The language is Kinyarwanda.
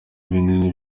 ibinini